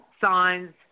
Signs